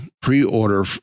pre-order